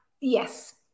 yes